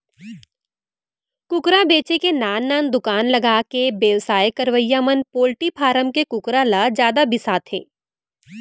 कुकरा बेचे के नान नान दुकान लगाके बेवसाय करवइया मन पोल्टी फारम के कुकरा ल जादा बिसाथें